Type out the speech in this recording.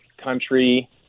country